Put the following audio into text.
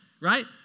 right